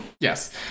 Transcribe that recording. Yes